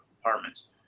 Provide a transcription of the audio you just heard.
apartments